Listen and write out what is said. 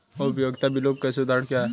उपयोगिता बिलों के उदाहरण क्या हैं?